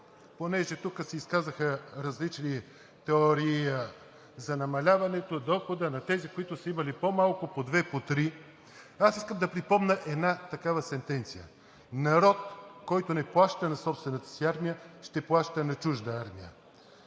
понеже тук се изказаха различни теории за намаляването – доходът на тези, които са имали по-малко – по две, по три, аз искам да припомня една такава сентенция: „Народ, който не плаща на собствената си армия, ще плаща на чужда армия.“